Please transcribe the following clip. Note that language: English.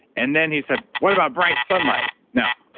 and then he said, what about bright sunlight? now,